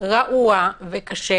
רעוע וקשה